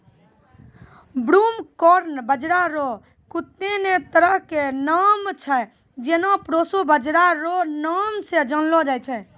broomcorn बाजरा रो कत्ते ने तरह के नाम छै जेना प्रोशो बाजरा रो नाम से जानलो जाय छै